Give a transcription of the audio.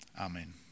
Amen